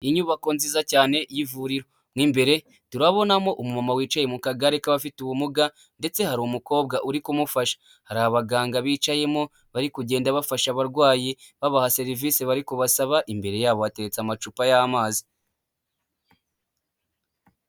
Inyubako nziza cyane y'ivuriro n'imbere turabonamo umuntu wicaye mu kagare k'abafite ubumuga ndetse hari umukobwa uri kumufasha. Hari abaganga bicayemo bari kugenda bafasha abarwayi babaha serivisi bari kubasaba, imbere yabo hateretse amacupa y'amazi.